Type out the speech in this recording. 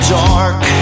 dark